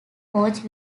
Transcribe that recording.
coach